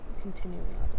continuing